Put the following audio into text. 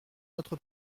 notre